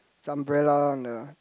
it's umbrella on the